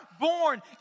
born